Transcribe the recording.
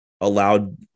allowed